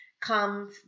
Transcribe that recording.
come